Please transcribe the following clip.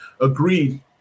Agreed